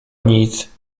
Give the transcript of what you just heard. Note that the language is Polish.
nic